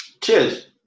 Cheers